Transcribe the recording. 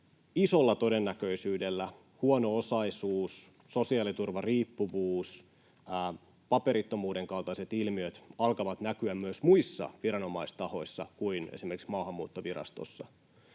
sosiologina tietää tietysti — huono-osaisuus, sosiaaliturvariippuvuus, paperittomuuden kaltaiset ilmiöt alkavat näkyä myös muissa viranomaistahoissa kuin esimerkiksi Maahanmuuttovirastossa.